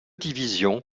divisions